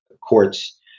courts